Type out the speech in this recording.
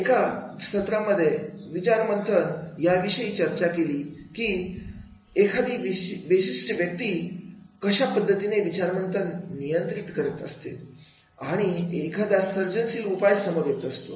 एका सत्रांमध्ये विचार मंथन याविषयी चर्चा केलेली की एखादी व्यक्ती कशा पद्धतीने विचार मंथन नियंत्रित करू शकते आणि एकदा सर्जनशील उपाय समोर येत असतो